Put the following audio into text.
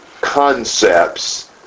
concepts